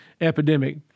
epidemic